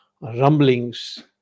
rumblings